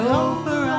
over